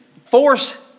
force